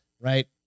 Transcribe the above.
right